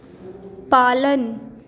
पालन